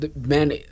man